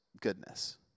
goodness